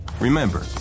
Remember